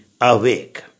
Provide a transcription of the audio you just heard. awake